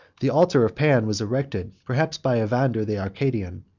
the altar of pan was erected, perhaps by evander the arcadian,